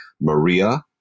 Maria